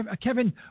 Kevin